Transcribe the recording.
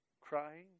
crying